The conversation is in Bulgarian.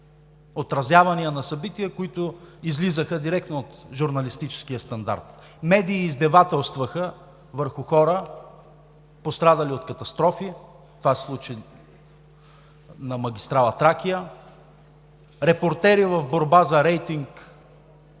отразявания на събития, които излизаха директно от журналистическия стандарт. Медии издевателстваха върху хора, пострадали от катастрофи. Това се случи на магистрала „Тракия“. Репортери в борба за рейтинг